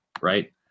Right